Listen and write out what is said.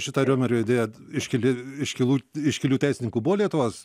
šitą riomerio idėja t iškili iškilų iškilių teisininkų buvo lietuvos